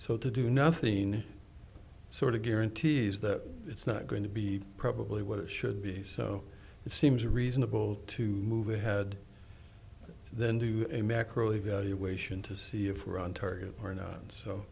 so to do nothing sort of guarantees that it's not going to be probably what it should be so it seems reasonable to move ahead then do a macro evaluation to see if we're on target or not